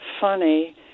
funny